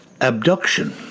abduction